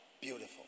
Beautiful